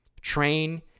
train